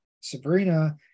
Sabrina